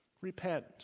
Repent